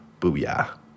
Booyah